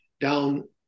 down